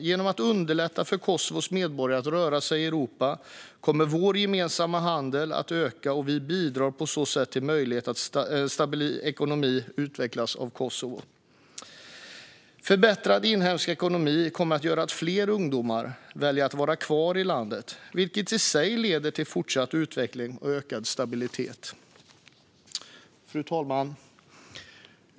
Genom att underlätta för Kosovos medborgare att röra sig i Europa kommer vår gemensamma handel att öka, och vi bidrar på så sätt till möjligheten att stabil ekonomi utvecklas i Kosovo. En förbättrad inhemsk ekonomi kommer att göra att fler ungdomar väljer att vara kvar i landet, vilket i sig leder till fortsatt utveckling och ökad stabilitet. Fru talman!